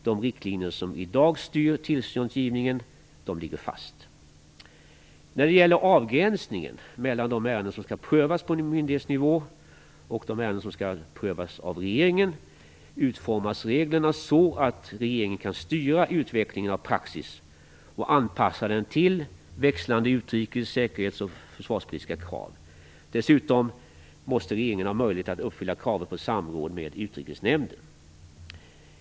De riktlinjer som i dag styr tillståndsgivningen ligger fast. När det gäller avgränsningen mellan de ärenden som skall prövas på myndighetsnivå och de ärenden som skall prövas av regeringen utformas reglerna så att regeringen kan styra utvecklingen av praxis och anpassa den till växlande utrikes-, säkerhets och försvarspolitiska krav. Dessutom måste regeringen ha möjlighet att uppfylla kravet på samråd med Utrikesnämnden.